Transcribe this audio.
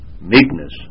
meekness